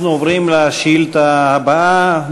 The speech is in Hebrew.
אנחנו עוברים לשאילתה הבאה,